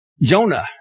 Jonah